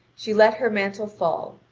she let her mantle fall,